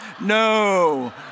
no